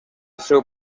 seu